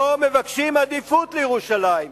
לא מבקשים עדיפות לירושלים,